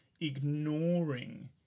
ignoring